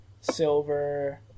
silver